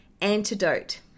Antidote